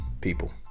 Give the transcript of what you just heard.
people